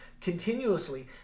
continuously